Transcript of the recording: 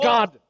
God